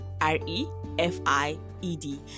r-e-f-i-e-d